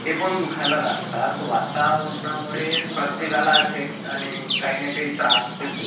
हे पण दुखायला लागतात वातावरणामुळे प्रत्येकाला फेक्ट आणि काही ना काही त्रास होतो